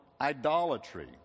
idolatry